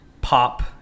pop